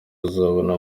uzabona